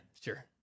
sure